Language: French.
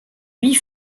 huit